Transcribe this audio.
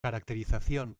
caracterización